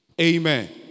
Amen